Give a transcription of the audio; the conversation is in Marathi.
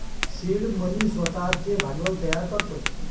सीड मनी स्वतःचे भांडवल तयार करतो